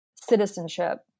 citizenship